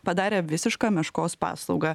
padarė visišką meškos paslaugą